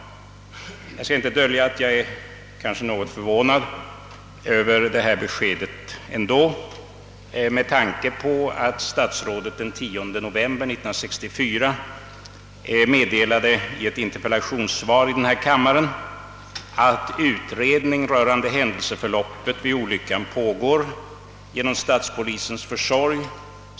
Jag kan emellertid inte dölja att jag är något förvånad över detta besked med tanke på att statsrådet den 10 november 1964 i ett interpellationssvar i denna kammare meddelade följande: »Utredning rörande händelseförloppet vid olyckan pågår genom statspolisens försorg.